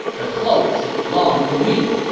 the cloak should belong to me!